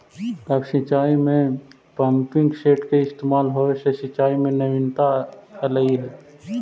अब सिंचाई में पम्पिंग सेट के इस्तेमाल होवे से सिंचाई में नवीनता अलइ हे